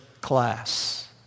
class